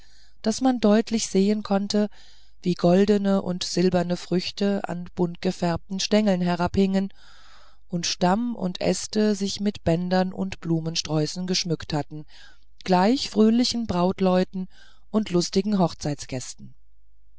daß man deutlich sehen konnte wie goldene und silberne früchte an buntgefärbten stengeln herabhingen und stamm und äste sich mit bändern und blumensträußen geschmückt hatten gleich fröhlichen brautleuten und lustigen hochzeitsgästen